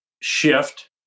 shift